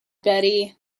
betty